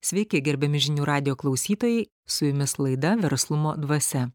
sveiki gerbiami žinių radijo klausytojai su jumis laida verslumo dvasia